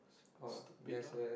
stupid lah